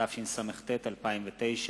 התשס”ט 2009,